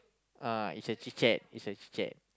uh it's a chit-chat it's a chit-chat